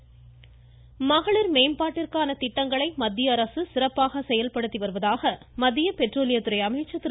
தர்மேந்திர பிரதான் மகளிர் மேம்பாட்டிற்கான திட்டங்களை மத்திய அரசு சிறப்பாக செயல்படுத்தி வருவதாக மத்திய பெட்ரோலியத் துறை அமைச்சர் திரு